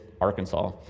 Arkansas